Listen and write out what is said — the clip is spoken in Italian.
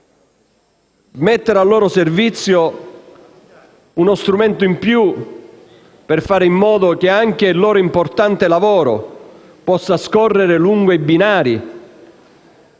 mettere al loro servizio uno strumento in più per fare in modo che anche il loro importante lavoro possa scorrere lungo i binari